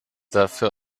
dafür